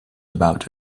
about